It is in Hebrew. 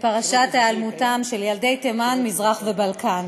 לפרשת היעלמותם של ילדי תימן, מזרח והבלקן.